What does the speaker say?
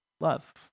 love